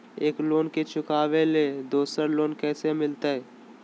एक लोन के चुकाबे ले दोसर लोन कैसे मिलते?